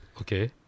Okay